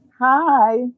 Hi